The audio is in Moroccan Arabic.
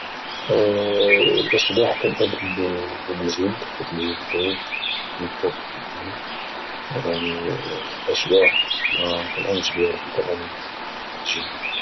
الاشباح كانامن بالجن حيث الجن كاين ومذكور في القران يعني الاشباح ما كانامنش بها ولكن كانامن بالجن